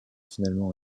finalement